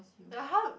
the how